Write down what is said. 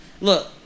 Look